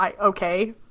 okay